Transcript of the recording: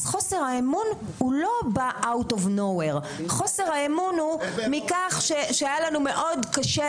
חוסר האמון לא בא סתם כך אלא חוסר האמון הוא מכך שהיה לנו מאוד קשה,